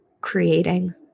creating